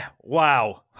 Wow